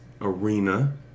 arena